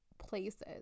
places